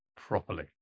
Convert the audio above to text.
properly